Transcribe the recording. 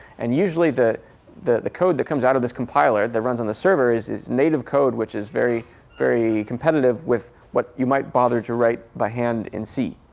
and usually the the code that comes out of this compiler that runs on the server is is native code, which is very, very competitive with what you might bother to write by hand in c.